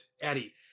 eddie